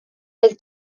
oedd